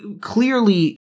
clearly